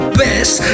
best